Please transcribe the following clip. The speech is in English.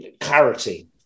clarity